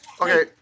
Okay